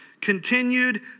continued